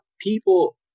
people